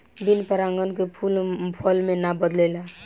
बिन परागन के फूल फल मे ना बदलेला